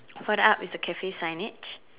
further up is the Cafe signage